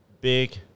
big